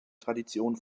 tradition